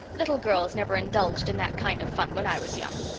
little girls never indulged in that kind of fun when i was young.